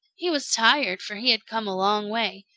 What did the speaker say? he was tired, for he had come a long way,